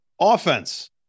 Offense